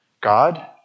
God